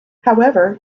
however